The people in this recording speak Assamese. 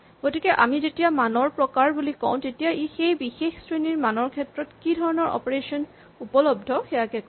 গতিকে আমি যেতিয়া মানৰ প্ৰকাৰ বুলি কওঁ তেতিয়া ই সেই বিশেষ শ্ৰেণীৰ মানৰ ক্ষেত্ৰত কি ধৰণৰ অপাৰেচন উপলব্ধ সেয়াকে কয়